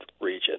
region